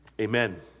Amen